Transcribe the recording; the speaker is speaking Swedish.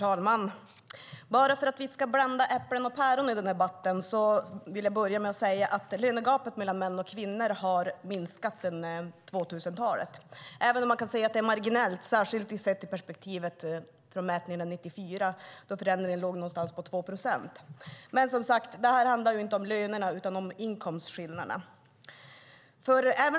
Herr talman! För att vi inte ska blanda äpplen och päron i debatten vill jag börja med att säga att lönegapet mellan män och kvinnor har minskat sedan 00-talet, även om det är marginellt särskilt i ett perspektiv från mätningarna 1994 då förändringen låg på omkring 2 procent. Men den här debatten handlar inte om lönerna utan om inkomstskillnaderna.